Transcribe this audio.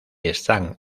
están